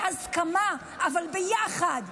בהסכמה, אבל ביחד,